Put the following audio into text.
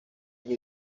ngo